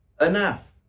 enough